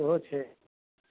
सेहो छै